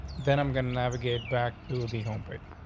then i'm gonna navigate back to the home bridge.